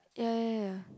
ya ya ya